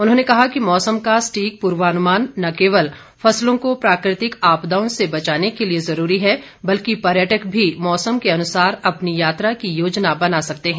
उन्होंने कहा कि मौसम का स्टीक पूर्वानुमान न केवल फसलों को प्राकृतिक आपदाओं से बचाने के लिए जरूरी है बल्कि पर्यटक भी मौसम के अनुसार अपनी यात्रा योजना बना सकते हैं